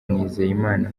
nizeyimana